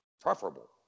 preferable